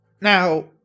Now